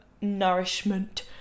nourishment